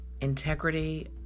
integrity